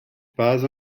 pas